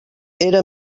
era